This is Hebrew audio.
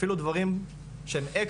אפילו דברים שהם אקסטרה,